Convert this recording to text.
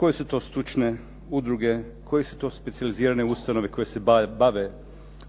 koje su to stručne udruge, koje su to specijalizirane ustanove koje se bave